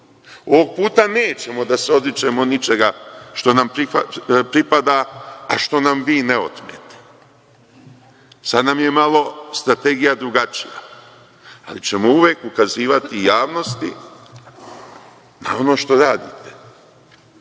puta nećemo da se odričemo ničega što nam pripada, a što nam vi ne otmete. Sada nam je malo strategija drugačija, ali ćemo uvek ukazivati javnosti na ono što radite.